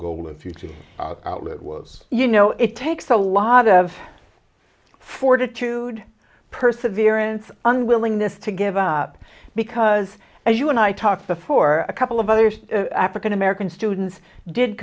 and future outlet was you know it takes a lot of fortitude perseverance and willingness to give up because as you and i talked to for a couple of others african american students did